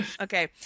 okay